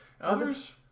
Others